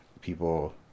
people